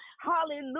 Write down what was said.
hallelujah